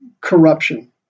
corruption